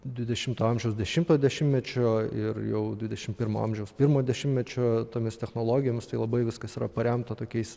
dvidešimto amžiaus dešimto dešimmečio ir jau dvidešim pirmo amžiaus pirmo dešimmečio tomis technologijomis tai labai viskas yra paremta tokiais